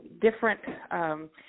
different